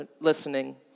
listening